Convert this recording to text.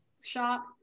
shop